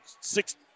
six